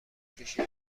فروشی